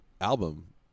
album